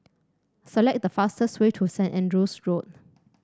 select the fastest way to Saint Andrew's Road